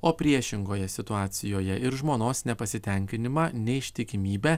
o priešingoje situacijoje ir žmonos nepasitenkinimą neištikimybę